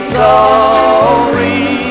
sorry